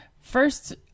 first